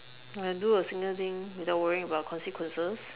I can do a single thing without worrying about consequences